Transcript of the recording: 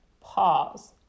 pause